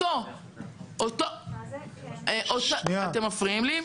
אותו, אותו אתם מפריעים לי.